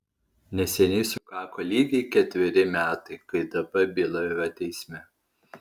neseniai sukako lygiai ketveri metai kai dp byla yra teisme